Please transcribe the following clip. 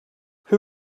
who